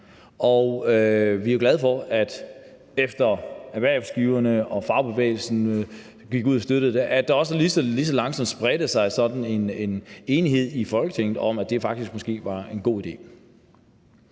vi er jo glade for, at der også, efter arbejdsgiverne og fagbevægelsen gik ud og støttede det, lige så langsomt spredte sig sådan en enighed i Folketinget om, at det faktisk måske var en god idé.